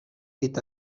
est